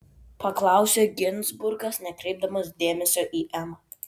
paklausė ginzburgas nekreipdamas dėmesio į emą